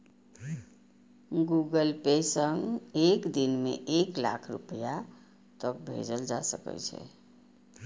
Google pay सं एक दिन मे एक लाख रुपैया तक भेजल जा सकै छै